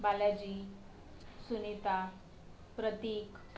Balaji Sunita Pratik